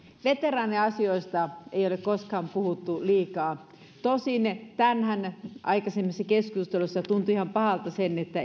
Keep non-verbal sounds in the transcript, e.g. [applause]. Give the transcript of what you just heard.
veteraaniasioista ei ole koskaan puhuttu liikaa tosin tänään aikaisemmissa keskusteluissa tuntui ihan pahalta että [unintelligible]